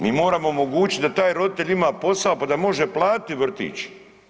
Mi moramo omogućiti da taj roditelj ima posao pa da može platiti vrtić.